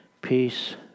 peace